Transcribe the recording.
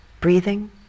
Breathing